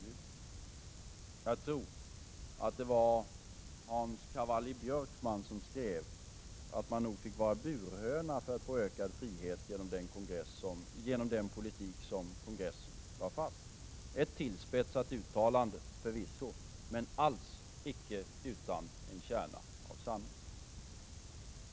Jag tror att det var Hans Cavalli-Björkman som skrev, att man nog fick vara burhöna för att få ökad frihet genom den politik som kongressen lade fast — förvisso ett tillspetsat uttalande, men alls icke utan en kärna av sanning.